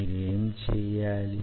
మీరేం చేయాలి